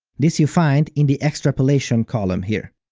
this you find in the extrapolation column here.